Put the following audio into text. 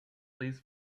please